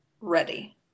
ready